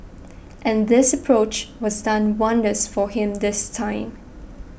and this approach was done wonders for him this time